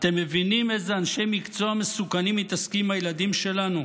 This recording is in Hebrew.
אתם מבינים איזה אנשי מקצוע מסוכנים מתעסקים עם הילדים שלנו?